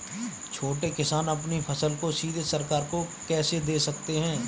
छोटे किसान अपनी फसल को सीधे सरकार को कैसे दे सकते हैं?